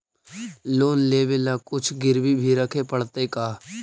Loan लेबे ल कुछ गिरबी भी रखे पड़तै का?